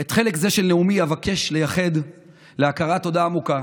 את החלק הזה של נאומי אבקש לייחד להכרת תודה עמוקה